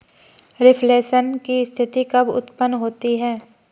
Reflation की स्थिति कब उत्पन्न होती है?